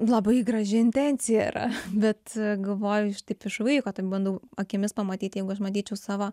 labai graži intencija yra bet galvoju iš taip iš vaiko taip bandau akimis pamatyti jeigu aš manyčiau savo